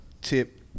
tip